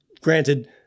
granted